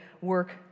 work